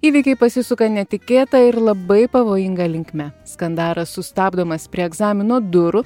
įvykiai pasisuka netikėta ir labai pavojinga linkme skandaras sustabdomas prie egzamino durų